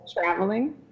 Traveling